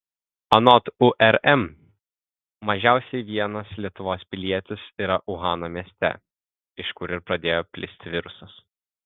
anot urm mažiausiai vienas lietuvos pilietis yra uhano mieste iš kur ir pradėjo plisti virusas